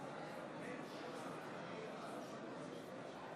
ש"ס ויהדות התורה